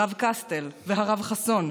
הרב קסטל והרב חסון,